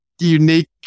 unique